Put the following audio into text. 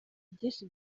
byinshi